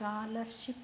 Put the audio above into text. scholarship F